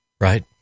right